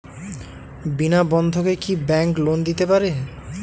বিনা বন্ধকে কি bank loan দিতে পারে?